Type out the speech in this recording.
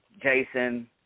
Jason